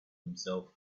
himself